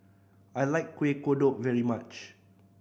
I like Kuih Kodok very much